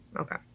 okay